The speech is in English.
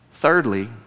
Thirdly